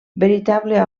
veritable